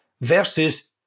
Versus